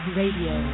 radio